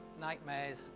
nightmares